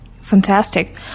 Fantastic